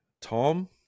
Tom